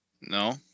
No